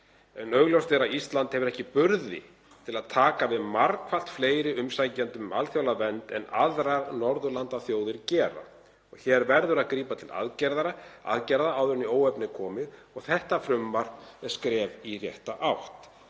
augljóst er að Ísland hefur ekki burði til að taka við margfalt fleiri umsækjendum um alþjóðlega vernd en aðrar Norðurlandaþjóðir gera. Hér verður að grípa til aðgerða áður en í óefni er komið og þetta frumvarp er skref í rétta átt.